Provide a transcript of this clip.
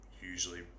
usually